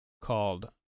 called